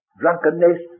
drunkenness